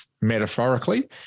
metaphorically